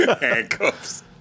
Handcuffs